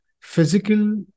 physical